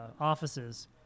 offices